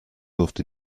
durfte